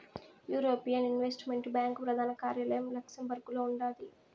European investment bank ప్రదాన కార్యాలయం లక్సెంబర్గులో ఉండాది